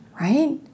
right